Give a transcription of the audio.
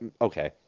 okay